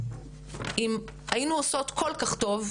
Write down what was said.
אם היינו עושות כל כך טוב,